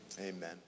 Amen